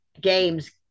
games